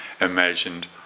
imagined